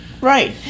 Right